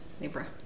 Libra